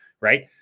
right